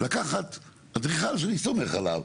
לקחת אדריכל שאני סומך עליו,